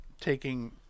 taking